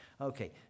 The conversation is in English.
Okay